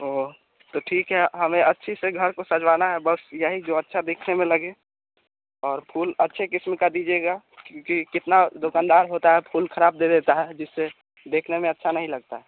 ओह तो ठीक है हमें अच्छे से घर को सजवाना है बस यही जो अच्छा दिखने में लगे और फूल अच्छे क़िस्म का दीजिएगा क्योंकि कितने दुकनदार होते हैं फूल ख़राब दे देते हैं जिसे देखने में अच्छा नहीं लगता है